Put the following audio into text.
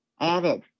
added